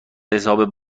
حساب